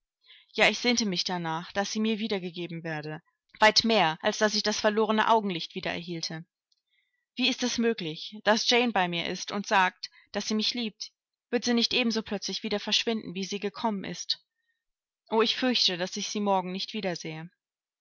ja ich sehnte mich danach daß sie mir wiedergegeben werde weit mehr als daß ich das verlorene augenlicht wieder erhielte wie ist es möglich daß jane bei mir ist und sagt daß sie mich liebt wird sie nicht ebenso plötzlich wieder verschwinden wie sie gekommen ist o ich fürchte daß ich sie morgen nicht wiedersehe